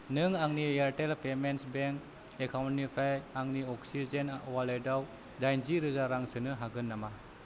नों आंनि Airtel payment bank एकाउन्टनिफ्राय आंनि अक्सिजेन अवालेटाव दाइन जि रोजा रां सोनो हागोन नामा